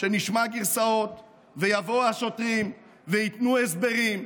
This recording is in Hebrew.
שנשמע גרסאות ויבואו השוטרים וייתנו הסברים,